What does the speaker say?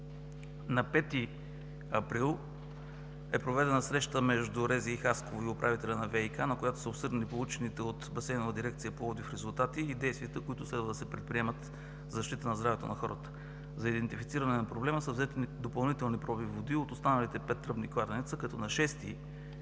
На 5 април е проведена среща между РЗИ-Хасково и управителя на ВИК, на която са обсъдени получените от Басейнова дирекция – Пловдив резултати и действията, които следва да се предприемат в защита за здравето на хората. За идентифициране на проблема са взети допълнителни проби води от останалите пет тръбни кладенеца като на 6 април